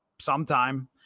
sometime